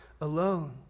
alone